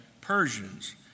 Persians